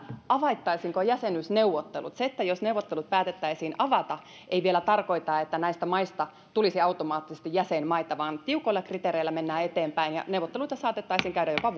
avattaisiinko jäsenyysneuvottelut se jos neuvottelut päätettäisiin avata ei vielä tarkoita että näistä maista tulisi automaattisesti jäsenmaita vaan tiukoilla kriteereillä mennään eteenpäin ja neuvotteluita saatettaisiin käydä jopa